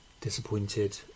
disappointed